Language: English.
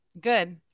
good